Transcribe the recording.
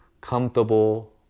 comfortable